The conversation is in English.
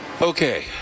Okay